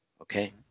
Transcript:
okay